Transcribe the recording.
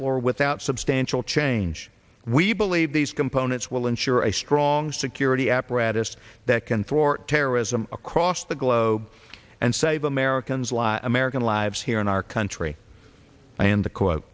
floor without substantial change we believe these components will ensure a strong security apparatus that can for terrorism across the globe and save americans live american lives here in our country and the